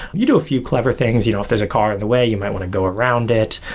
you do a few clever things, you know if there's a car in the way you might want to go around it,